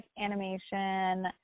animation